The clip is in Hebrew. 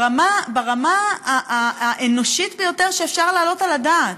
ברמה האנושית ביותר שאפשר להעלות על הדעת.